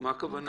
מה הכוונה?